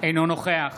בעד